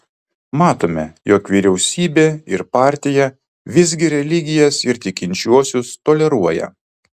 matome jog vyriausybė ir partija visgi religijas ir tikinčiuosius toleruoja